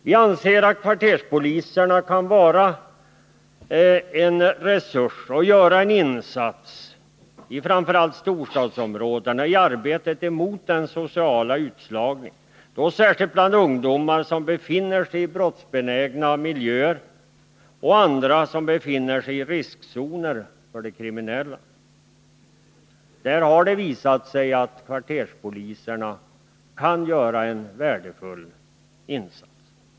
Vi anser att kvarterspoliserna kan vara en resurs och göra en insats, framför allt i storstadsområdena, i arbetet emot den sociala utslagningen, särskilt bland ungdomar som befinner sig i brottsbenägna miljöer och andra som befinner sig i riskzonen när det gäller kriminalitet. Där har det visat sig att kvarterspoliserna kan göra en värdefull insats.